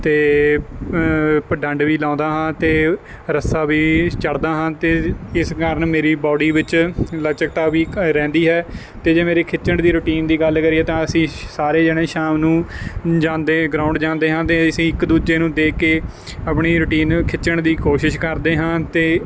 ਅਤੇ ਡੰਡ ਵੀ ਲਾਉਂਦਾ ਹਾਂ ਅਤੇ ਰੱਸਾ ਵੀ ਚੜ੍ਹਦਾ ਹਾਂ ਅਤੇ ਇਸ ਕਾਰਨ ਮੇਰੀ ਬਾਡੀ ਵਿੱਚ ਲਚਕਤਾ ਵੀ ਘ ਰਹਿੰਦੀ ਹੈ ਅਤੇ ਜੇ ਮੇਰੀ ਖਿੱਚਣ ਦੀ ਰੂਟੀਨ ਦੀ ਗੱਲ ਕਰੀਏ ਤਾਂ ਅਸੀਂ ਸਾਰੇ ਜਣੇ ਸ਼ਾਮ ਨੂੰ ਜਾਂਦੇ ਗਰਾਊਂਡ ਜਾਂਦੇ ਹਾਂ ਅਤੇ ਅਸੀਂ ਇੱਕ ਦੂਜੇ ਨੂੰ ਦੇਖ ਕੇ ਆਪਣੀ ਰੂਟੀਨ ਖਿੱਚਣ ਦੀ ਕੋਸ਼ਿਸ਼ ਕਰਦੇ ਹਾਂ ਅਤੇ